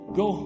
go